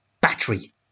battery